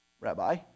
Rabbi